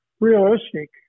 realistic